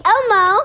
Elmo